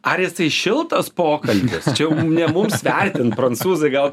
ar jisai šiltas pokalbis čia jau ne mums vertint prancūzai gal